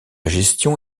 gestion